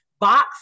box